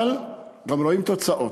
אבל, גם רואים תוצאות.